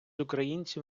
українців